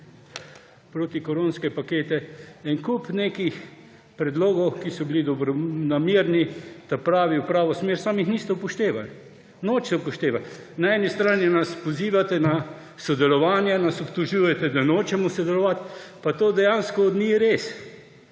protikoronske pakete en kup nekih predlogov, ki so bili dobronamerni, v pravo smer, samo jih niste upoštevali, nočete jih upoštevati. Na eni strani nas pozivate na sodelovanje, nas obtožujete, da nočemo sodelovati, pa to dejansko ni res,